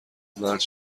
مرد